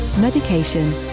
medication